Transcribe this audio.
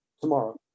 tomorrow